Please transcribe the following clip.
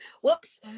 whoops